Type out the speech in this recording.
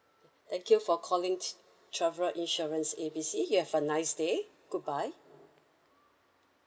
thank you for calling travel insurance A B C you have a nice day goodbye